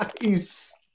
Nice